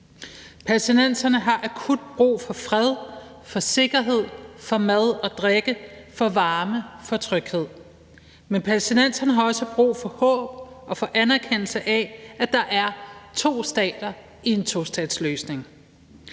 Palæstinenserne har akut brug for fred, for sikkerhed, for mad og drikke, for varme og for tryghed. Men palæstinenserne har også brug for håb og for anerkendelse af, at der er to stater i en tostatsløsning.